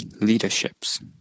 leaderships